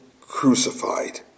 crucified